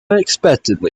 unexpectedly